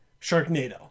Sharknado